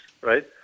right